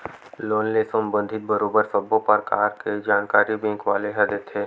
loan ले संबंधित बरोबर सब्बो परकार के जानकारी बेंक वाले ह देथे